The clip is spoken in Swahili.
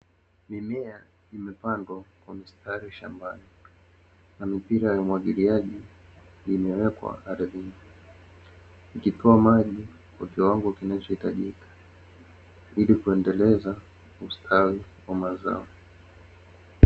Mimea imepandwa kwa mistari shambani na mipira ya umwagiliaji imewekwa ardhini, ikitoa maji kwa kiwango kinachohitajika, ili kuendeleza ustawi wa mazao.